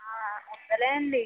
ఉంది లేండి